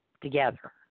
together